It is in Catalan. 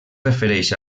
refereix